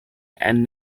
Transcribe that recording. and